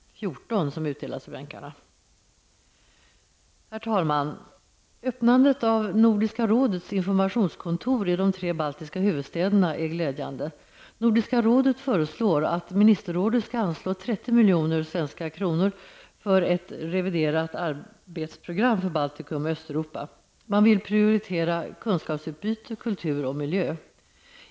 Herr talman! Öppnandet av Nordiska rådets informationskontor i de tre baltiska huvudstäderna är glädjande. Nordiska rådet föreslår att ministerrådet skall anslå 30 miljoner svenska kronor för ett reviderat arbetsprogram för Baltikum och Östeuropa. Man vill prioritera kunskapsutbyte, kultur och miljö.